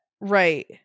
right